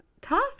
tough